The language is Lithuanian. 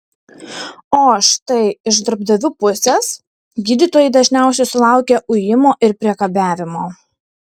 o štai iš darbdavių pusės gydytojai dažniausiai sulaukia ujimo ir priekabiavimo